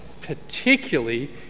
particularly